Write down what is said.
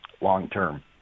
long-term